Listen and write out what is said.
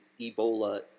Ebola